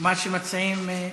מה שמציעים?